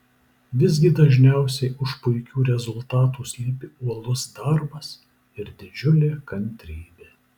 visgi dažniausiai už puikių rezultatų slypi uolus darbas ir didžiulė kantrybė